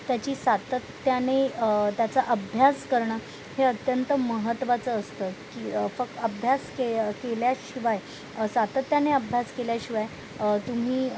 त्याची सातत्याने त्याचा अभ्यास करणं हे अत्यंत महत्त्वाचं असतं की फक्त अभ्यास के केल्याशिवाय सातत्याने अभ्यास केल्याशिवाय तुम्ही